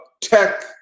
tech